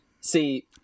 See